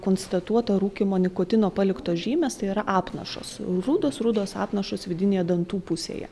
konstatuota rūkymo nikotino paliktos žymės tai yra apnašos rudos rudos apnašos vidinėje dantų pusėje